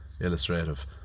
Illustrative